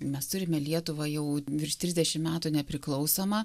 mes turime lietuvą jau virš trisdešim metų nepriklausomą